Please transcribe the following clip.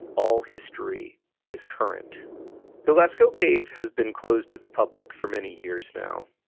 all history is current the lascaux cave has been closed to the public for many years now.